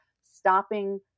stopping